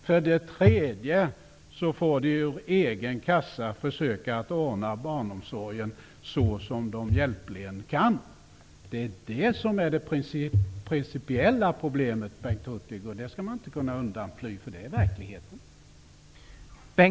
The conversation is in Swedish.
För det tredje får de ur egen kassa försöka ordna barnomsorgen så som de hjälpligen kan. Det är detta som är det principiella problemet, Bengt Hurtig. Det går inte att fly undan, för det är verkligheten.